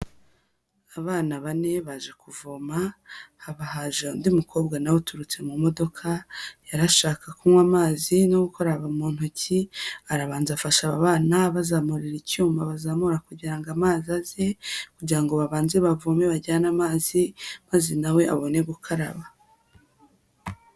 Abana bane baje kuvoma, haba haje undi mukobwa na we uturutse mu modoka, yari ashaka kunywa amazi no gukaraba mu ntoki, arabanza afasha aba bana abazamurira icyuma bazamura kugira ngo amazi aze, kugira ngo babanze bavome bajyane amazi, maze na we abone gukaraba.